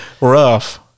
Rough